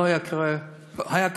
היה קורה פחות,